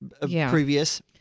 Previous